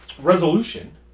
Resolution